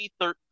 2013